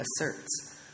asserts